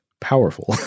powerful